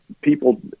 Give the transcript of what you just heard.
people